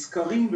סקרים,